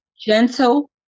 Gentle